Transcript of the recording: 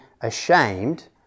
ashamed